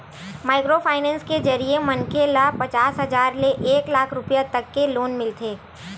micro finance के जरिए मनखे ल पचास हजार ले एक लाख रूपिया तक के लोन मिलथे